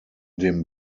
dem